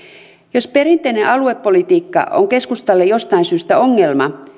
jos perinteinen aluepolitiikka on keskustalle jostain syystä ongelma